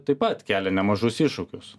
taip pat kelia nemažus iššūkius